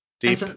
deep